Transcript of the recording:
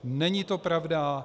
Není to pravda.